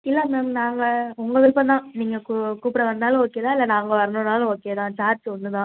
இல்லை மேம் நாங்கள் உங்கள் விருப்பந்தான் நீங்கள் கூ கூப்பிட வந்தாலும் ஓகே தான் இல்லை நாங்கள் வரணுன்னாலும் ஓகே தான் சார்ஜ்ஜி ஒன்று தான்